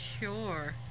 Sure